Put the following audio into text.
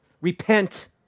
repent